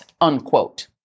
unquote